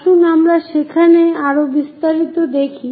আসুন আমরা সেখানে আরও বিস্তারিত দেখি